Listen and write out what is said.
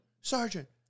sergeant